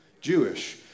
Jewish